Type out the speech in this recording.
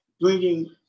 bringing